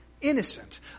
innocent